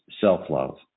self-love